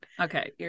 Okay